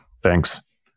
Thanks